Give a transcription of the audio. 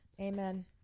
Amen